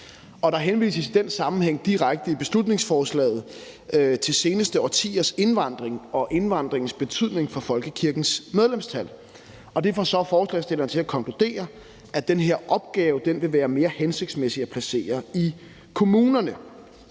Der henvises i den sammenhæng direkte i beslutningsforslaget til de seneste årtiers indvandring og indvandringens betydning for folkekirkens medlemstal. Det får så forslagsstillerne til at konkludere, at den her opgave vil være mere hensigtsmæssigt at placere i kommunerne.